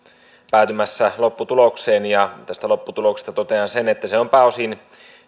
päätymässä lopputulokseen ja tästä lopputuloksesta totean sen että se on pääosin